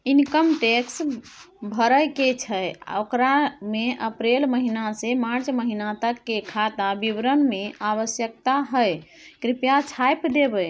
Income tax भरय के छै ओकरा में अप्रैल महिना से मार्च महिना तक के खाता विवरण के आवश्यकता हय कृप्या छाय्प देबै?